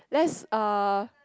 let's uh